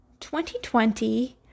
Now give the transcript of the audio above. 2020